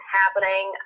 happening